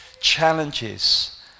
challenges